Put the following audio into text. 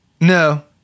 No